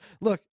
Look